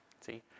See